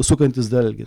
sukantis dalgį